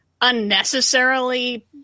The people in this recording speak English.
unnecessarily